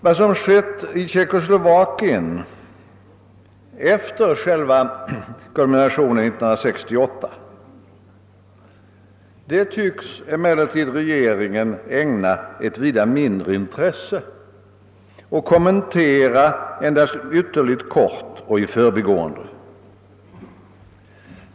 Vad som skett i Tjeckoslovakien efter själva kulminationen 1968 tycks regeringen emellertid ägna ett vida mindre intresse och kommenterar det endast ytterligt kort och vagt och i förbigående.